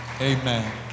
Amen